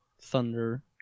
thunder